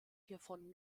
hiervon